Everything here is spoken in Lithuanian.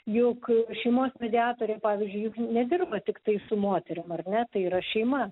juk šeimos mediatoriai pavyzdžiui nedirba tiktai su moterim ar ne tai yra šeima